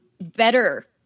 better